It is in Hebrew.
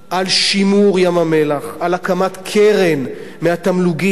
על שימור ים-המלח, על הקמת קרן מהתמלוגים.